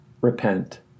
repent